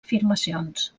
afirmacions